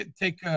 take